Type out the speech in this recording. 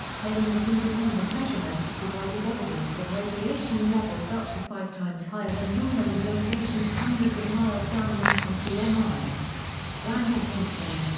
claiming that independent measurements provided evidence of radiation levels up to five times higher than normal in locations hundreds of miles downwind from yeah tmi. randall thompson,